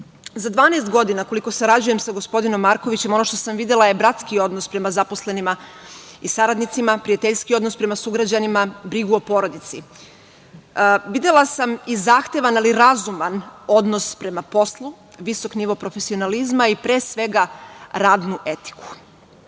12 godina, koliko sarađujem sa gospodinom Markovićem, ono što sam videla je bratski odnos prema zaposlenima i saradnicima, prijateljski odnos prema sugrađanima, brigu o porodici. Videla sam i zahtevan, ali razuman odnos prema poslu, visok nivo profesionalizma i pre svega radnu etiku,